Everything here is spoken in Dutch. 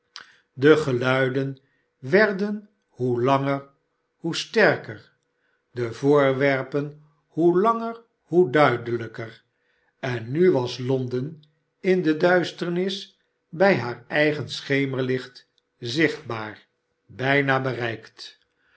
de geluiden werden hoe langer hoe sterker de voo rw erpen hoe langer hoe duidelijker en nu was londen in de duisternis bij haar eigen schemerlicht zichtbaar bijna bereifct